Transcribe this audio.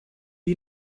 you